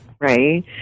right